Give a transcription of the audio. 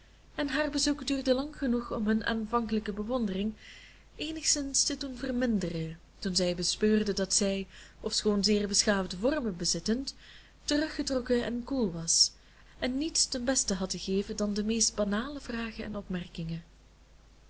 en haar bezoek duurde lang genoeg om hun aanvankelijke bewondering eenigszins te doen verminderen toen zij bespeurden dat zij ofschoon zeer beschaafde vormen bezittend teruggetrokken en koel was en niets ten beste had te geven dan de meest banale vragen en opmerkingen